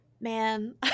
man